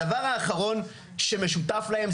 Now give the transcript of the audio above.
הדבר האחרון שמשותף להם,